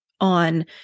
on